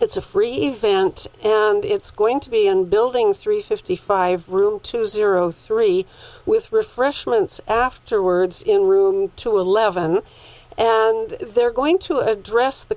it's a free event and it's going to be in building three fifty five room two zero three with refreshments afterwards in room two eleven and they're going to address the